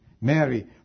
Mary